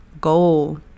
goal